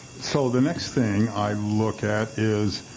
so the next thing i look at is